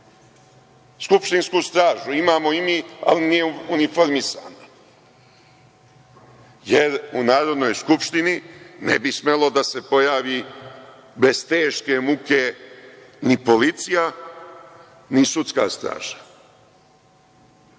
skupštinsku stražu, imamo i mi, ali nije uniformisana jer u Narodnoj skupštini ne bi smela da se pojavi bez teške muke ne policija, ni sudska straža.